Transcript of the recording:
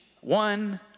one